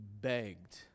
begged